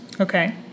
Okay